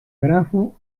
grafo